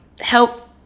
Help